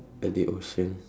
at the ocean